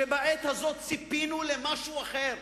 בעת הזאת ציפינו למשהו אחר: